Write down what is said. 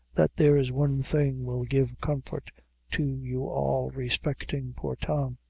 that there's one thing will give comfort to you all respecting poor tom.